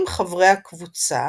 עם חברי הקבוצה